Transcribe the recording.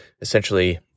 essentially